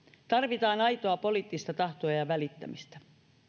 tarvitaan aitoa poliittista tahtoa ja välittämistä